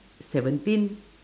seventeen